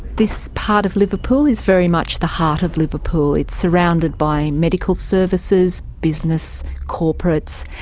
this part of liverpool is very much the heart of liverpool, it's surrounded by medical services, business, corporates,